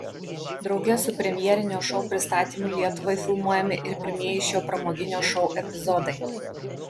drauge su premjerinio šou pristatymu lietuvai filmuojami ir pirmieji šio pramoginio šou epizodai